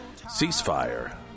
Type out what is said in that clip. ceasefire